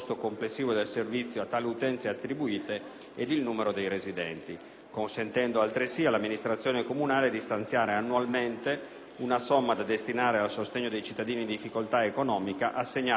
una somma da destinare al sostegno dei cittadini in difficoltà economica, assegnabile tramite l'utilizzo dell'indicatore di situazione economica equivalente (ISEE), di cui al decreto legislativo 31 marzo 1998, n. 109.